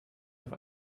auf